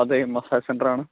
അതെ മസ്സാജ് സെൻറ്ററാണ്